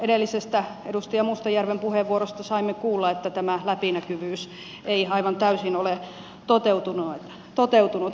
edellisestä edustaja mustajärven puheenvuorosta saimme kuulla että tämä läpinäkyvyys ei aivan täysin ole toteutunut